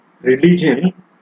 religion